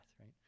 right